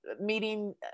meeting